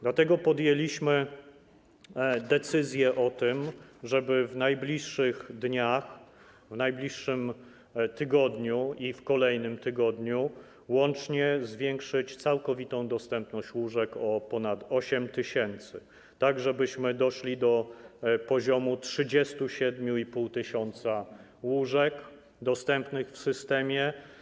Dlatego podjęliśmy decyzję o tym, żeby w najbliższych dniach, w najbliższym tygodniu i w kolejnym tygodniu łącznie zwiększyć całkowitą dostępność łóżek o ponad 8 tys., żebyśmy doszli do poziomu 37,5 tys. łóżek dostępnych w systemie.